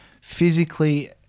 physically